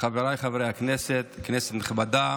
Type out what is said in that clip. חבריי חברי הכנסת, כנסת נכבדה,